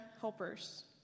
helpers